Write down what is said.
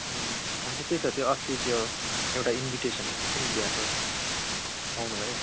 अँ अन्त त्यही त अस्ति त्यो एउटा इन्भिटेसन आएको थियो नि बिहाको पाउनु भयो